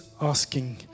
asking